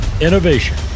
Innovation